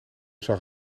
zag